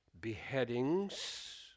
beheadings